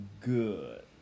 good